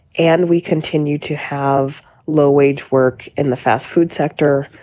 and we continue to have low-wage work in the fast food sector.